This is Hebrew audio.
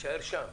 תישאר שם.